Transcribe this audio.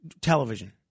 television